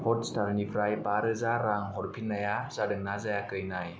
हटस्टारनिफ्राय बा रोजा रां हरफिन्नाया जादोंना जायाखै नाय